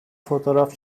fotoğraf